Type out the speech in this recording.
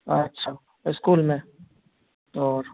अच्छा इस्कूल में और